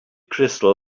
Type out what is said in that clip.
crystal